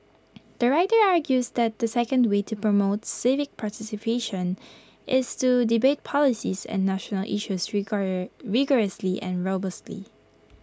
the writer argues that the second way to promote civic participation is to debate policies and national issues rigorously and robustly